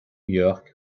york